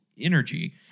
energy